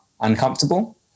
uncomfortable